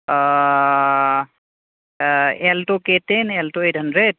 alto K ten alto eight hundred